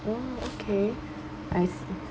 oh okay I see